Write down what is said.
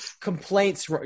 complaints